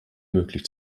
möglich